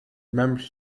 remembered